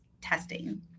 testing